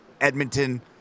Edmonton